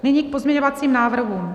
Nyní k pozměňovacím návrhům.